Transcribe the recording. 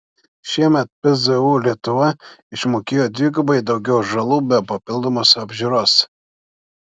šiemet pzu lietuva išmokėjo dvigubai daugiau žalų be papildomos apžiūros